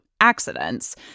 accidents